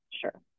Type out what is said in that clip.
sure